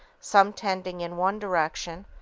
some tending in one direction,